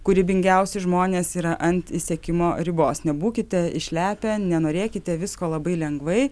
kūrybingiausi žmonės yra ant išsekimo ribos nebūkite išlepę nenorėkite visko labai lengvai